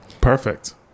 Perfect